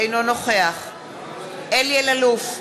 אינו נוכח אלי אלאלוף,